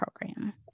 program